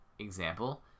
Example